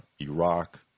Iraq